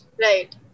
Right